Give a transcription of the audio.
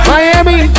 Miami